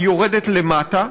היא יורדת למטה,